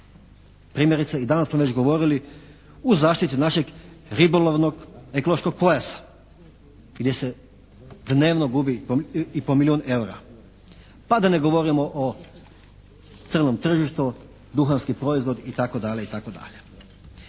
Primjerice i danas smo već govorili o zaštiti našeg ribolovnog ekološkog pojasa gdje se dnevno gubi i po milijun EUR-a. Pa da ne govorimo o crnom tržištu, duhanski proizvod, itd.